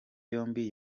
yombi